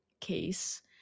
case